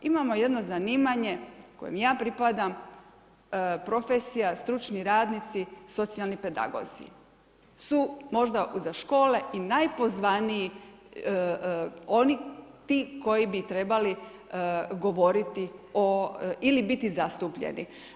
Imamo jedno zanimanje kojem ja pripadam profesija stručni radnici socijalni pedagozi su možda za škole i najpozvaniji oni ti koji bi trebali govoriti ili biti zastupljeni.